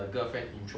所以 like